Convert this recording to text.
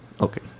Okay